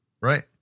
Right